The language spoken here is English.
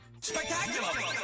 Spectacular